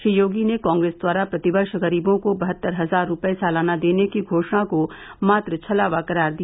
श्री योगी ने कॉग्रेस द्वारा प्रति वर्ष गरीबो को बहत्तर हजार रूपये सालाना देने की घोषणा को मात्र छलावा करार दिया